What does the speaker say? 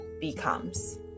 becomes